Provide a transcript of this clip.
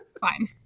fine